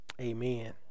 Amen